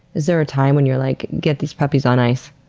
is there a time when you're like, get these puppies on ice?